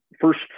first